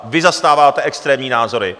Vy zastáváte extrémní názory.